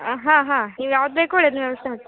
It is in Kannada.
ಹಾಂ ಹಾಂ ನೀವು ಯಾವ್ದು ಬೇಕು ಹೇಳಿ ಅದನ್ನ ವ್ಯವಸ್ಥೆ ಮಾಡ್ತೀನಿ